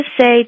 say